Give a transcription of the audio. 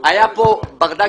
היה פה ברדק רציני ושדדו אותנו.